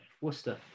Worcester